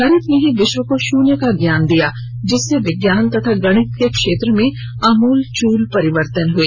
भारत ने ही विश्व को शून्य का ज्ञान दिया जिससे विज्ञान तथा गणित के क्षेत्र में आमूलचूल परिवर्तन हुए